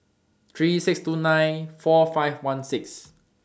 three thousand six hundred and twenty nine four thousand five hundred and sixteen